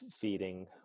feeding